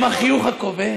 עם החיוך הכובש,